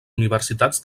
universitats